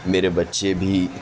میرے بچے بھی